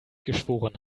geschworen